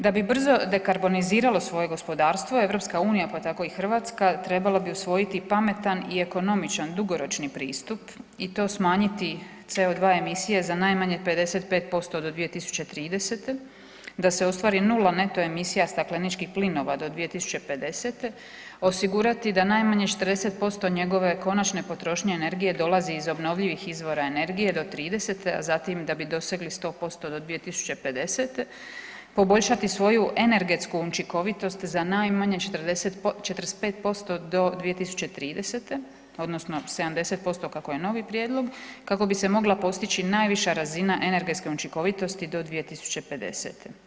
Da bi brzo dekarboniziralo svoje gospodarstvo EU, pa tako i Hrvatska trebala bi usvojiti pametan i ekonomičan, dugoročni pristup i to smanjiti CO2 emisije za najmanje 55% do 2030. da se ostvari 0 neto emisija stakleničkih plinova do 2050., osigurati da najmanje 40% njegove konačne potrošnje energije dolazi iz obnovljivih izvora energije do '30., a zatim da bi dosegli 100% do 2050. poboljšati svoju energetsku učinkovitost za najmanje 45% do 2030. odnosno 70% kako je novi prijedlog kako bi se mogla postići najviša razina energetske učinkovitosti do 2050.